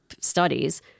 studies